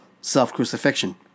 self-crucifixion